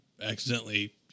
accidentally